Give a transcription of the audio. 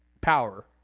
power